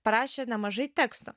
parašė nemažai teksto